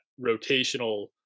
rotational